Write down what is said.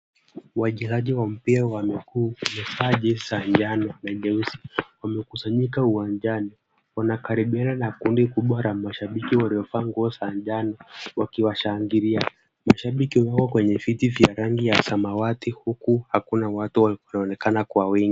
Wachezaji wa mpira wa miguu, wamevaa jezi za njano na nyeusi. Wamekusanyika uwanjani. Wanakaribiana na kundi kubwa la mashabiki waliovaa nguo za njano, wakiwashangilia. Mashabiki wako kwenye viti vya rangi ya samawati huku hakuna watu wanaonekana kwa wingi.